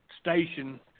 station –